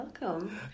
welcome